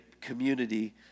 community